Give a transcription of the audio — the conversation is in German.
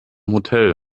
hotel